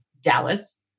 Dallas